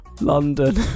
London